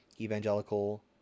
evangelical